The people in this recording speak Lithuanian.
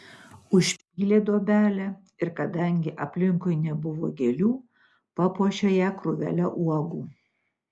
užpylė duobelę ir kadangi aplinkui nebuvo gėlių papuošė ją krūvele uogų